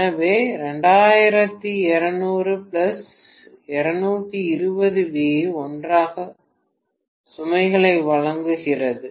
எனவே 2200V 220V ஒன்றாக சுமைகளை வழங்குகிறது